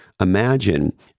Imagine